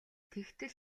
тэгтэл